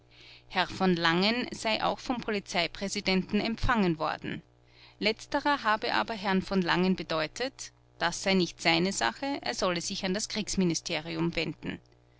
herr v langen sei auch vom polizeipräsidenten empfangen worden letzterer habe aber herrn von langen bedeutet das sei nicht seine sache er solle sich an das kriegsministerium wenden